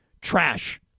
trash